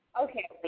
Okay